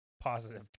positive